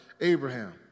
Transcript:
Abraham